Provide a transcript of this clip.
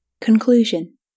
Conclusion